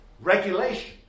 Regulation